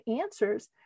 answers